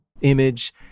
image